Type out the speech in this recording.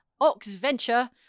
OXVENTURE